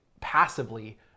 passively